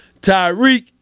Tyreek